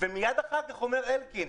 מיד אחר כך אומר אלקין: